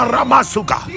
Ramasuka